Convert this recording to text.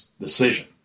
decision